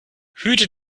hüte